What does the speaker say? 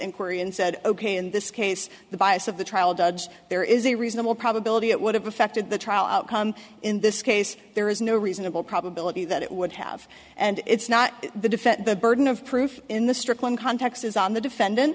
inquiry and said ok in this case the bias of the trial judge there is a reasonable probability it would have affected the trial outcome in this case there is no reasonable probability that it would have and it's not the defect the burden of proof in the strict one context is on the defendant